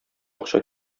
акча